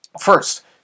first